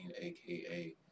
aka